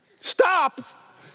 Stop